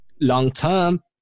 Long-term